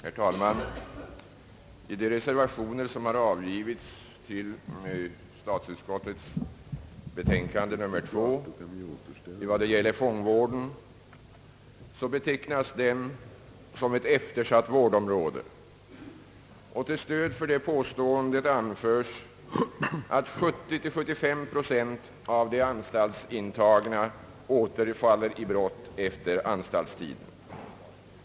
Herr talman! I de reservationer, som har avgivits till statsutskottets utlåtande nr 2 i vad gäller fångvården, betecknas den som »ett eftersatt vårdområde». Till stöd för detta påstående anförs att 70—75 procent av de anstaltsintagna återfaller i brott efter anstaltstiden.